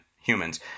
humans